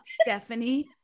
Stephanie